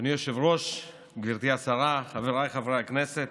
אדוני היושב-ראש, גברתי השרה, חבריי חברי הכנסת,